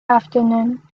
afternoon